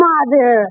Mother